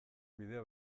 bide